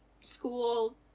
school